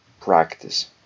practice